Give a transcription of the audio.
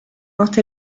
morte